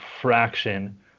fraction